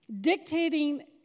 Dictating